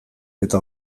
eta